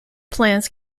plants